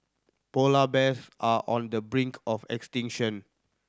polar bears are on the brink of extinction